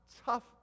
tough